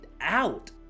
out